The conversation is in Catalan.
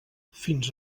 fins